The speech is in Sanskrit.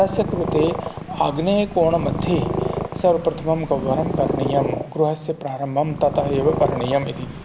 तस्य कृते आग्नेयकोणमध्ये सर्वप्रथमं गह्वरं करणीयं गृहस्य प्रारम्भं ततः एव करणीयम् इति